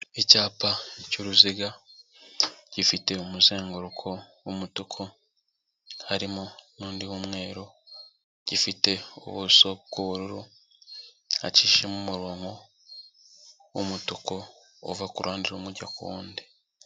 Icyapa cy'uruziga gifite umuzenguruko w'umutuku, harimo n'undi w'umweru, gifite ubuso bw'ubururu, hacishijemo umurongo w'umutuku, uva ku ruhande rumwe ujya ku wundi.